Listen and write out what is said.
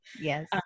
yes